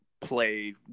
play